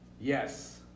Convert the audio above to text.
Yes